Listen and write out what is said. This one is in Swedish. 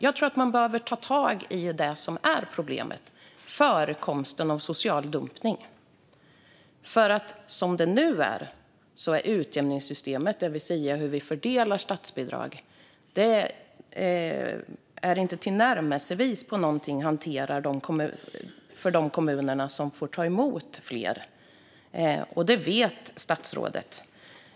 Jag tror att man behöver ta tag i det som är problemet, nämligen förekomsten av social dumpning. Som det är nu är nämligen utjämningssystemet, det vill säga hur vi fördelar statsbidrag, inte tillnärmelsevis något som hanterar situationen för de kommuner som får ta emot fler. Det vet statsrådet.